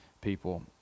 people